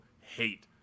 hate